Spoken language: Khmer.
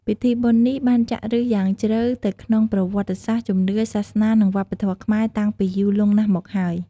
ពិធីបុណ្យនេះបានចាក់ឫសយ៉ាងជ្រៅទៅក្នុងប្រវត្តិសាស្ត្រ ជំនឿ សាសនា និងវប្បធម៌ខ្មែរតាំងពីយូរលង់ណាស់មកហើយ។